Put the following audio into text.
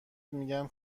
میگن